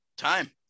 time